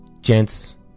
gents